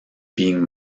being